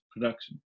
production